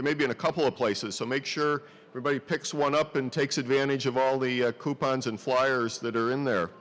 maybe in a couple of places so make sure everybody picks one up and takes advantage of all the coupons and flyers that are in there